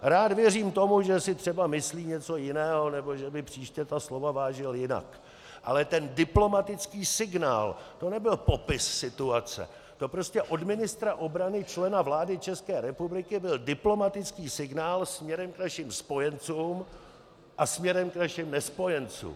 Rád věřím tomu, že si třeba myslí něco jiného nebo že by příště ta slova vážil jinak, ale ten diplomatický signál, to nebyl popis situace, to prostě od ministra obrany, člena vlády České republiky, byl diplomatický signál směrem k našim spojencům a směrem k našim nespojencům.